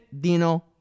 Dino